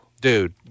Dude